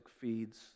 feeds